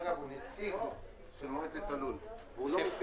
לא יכול להיות שנציג מועצת הלול לא יכול להביע